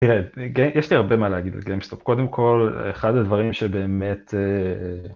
תראה יש לי הרבה מה להגיד על גיימסטופ קודם כל אחד הדברים שבאמת.